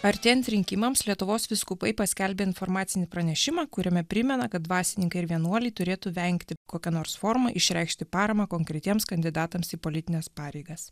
artėjant rinkimams lietuvos vyskupai paskelbė informacinį pranešimą kuriame primena kad dvasininkai ir vienuoliai turėtų vengti kokia nors forma išreikšti paramą konkretiems kandidatams į politines pareigas